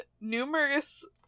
numerous